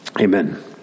Amen